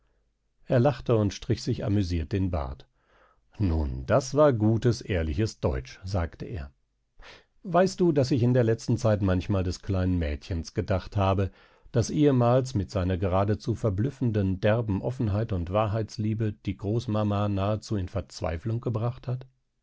er lachte und strich sich amüsiert den bart nun das war gutes ehrliches deutsch sagte er weißt du daß ich in der letzten zeit manchmal des kleinen mädchens gedacht habe das ehemals mit seiner geradezu verblüffenden derben offenheit und wahrheitsliebe die großmama nahezu in verzweiflung gebracht hat